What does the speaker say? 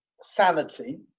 sanity